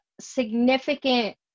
significant